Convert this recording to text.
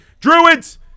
Druids